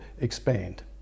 expand